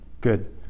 Good